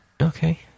Okay